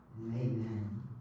amen